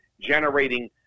generating